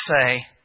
say